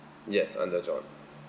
yes under john